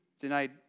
denied